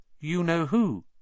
you-know-who